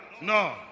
No